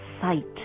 Sight